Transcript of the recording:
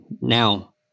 Now